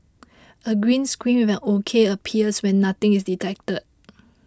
a green screen with an ok appears when nothing is detected